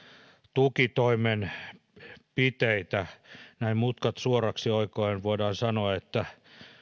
tukitoimenpiteitä näin mutkat suoraksi oikoen voidaan sanoa että